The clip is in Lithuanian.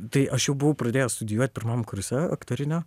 tai aš jau buvau pradėjęs studijuot pirmam kurse aktorinio